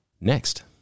next